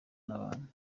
n’abantu